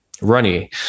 runny